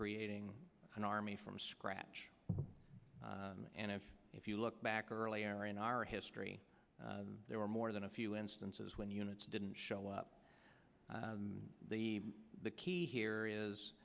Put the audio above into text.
creating an army from scratch and if you look back earlier in our history there were more than a few instances when units didn't show up the the key here is